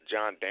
John